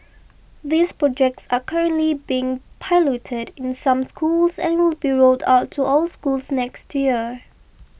these projects are currently being piloted in some schools and will be rolled out to all schools next year